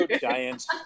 Giants